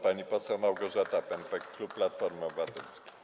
Pani poseł Małgorzata Pępek, klub Platforma Obywatelska.